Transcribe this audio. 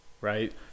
right